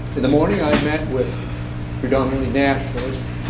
in the morning, i met with predominantly nationalists.